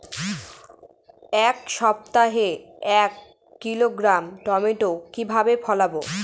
এক সপ্তাহে এক কিলোগ্রাম টমেটো কিভাবে ফলাবো?